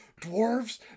dwarves